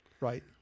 Right